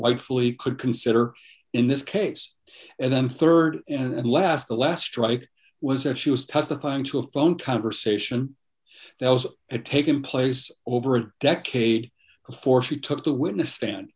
rightfully could consider in this case and then rd and last the last strike was that she was testifying to a phone conversation that was had taken place over a decade before she took the witness stand